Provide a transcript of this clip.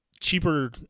cheaper